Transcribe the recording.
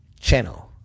Channel